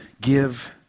give